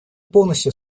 полностью